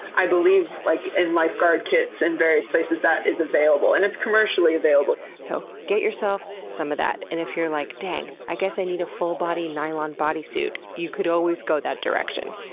i believe like in lifeguard kits and various places, that is available. and it's commercially available. so get yourself some of that. and if you're like, dang! i guess i need a full body nylon bodysuit, you could always go that direction.